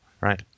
right